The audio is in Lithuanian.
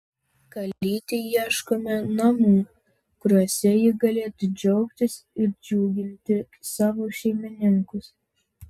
kalytei ieškome namų kuriuose ji galėtų džiaugtis ir džiuginti savo šeimininkus